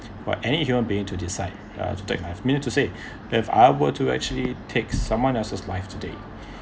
but any human being to decide uh to take I have minute to say if I were to actually take someone else's live today